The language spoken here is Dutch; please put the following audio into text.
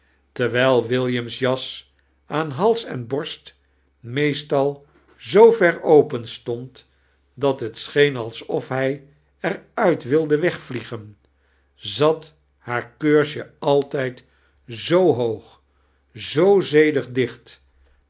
terwijl william's jas aan hals en borst meestal zoo ver openstond dat het scheen alsof hij er uit wilde wegvliegen zat haar keursje altijd zoo hoog zoo zedig dicht